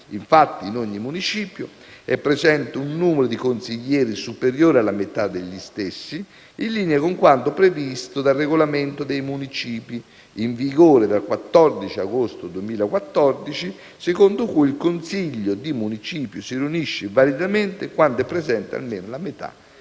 Infatti, in ogni municipio è presente un numero di consiglieri superiore alla metà degli stessi, in linea con quanto previsto dal regolamento dei municipi, in vigore dal 14 agosto 2014, secondo cui il consiglio di municipio si riunisce validamente quando è presente almeno la metà